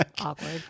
awkward